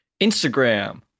Instagram